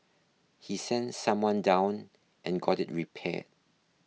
he sent someone down and got it repaired